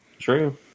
True